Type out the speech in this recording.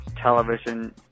television